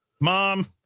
Mom